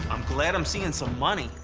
i'm glad i'm seeing some money,